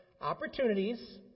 opportunities